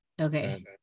Okay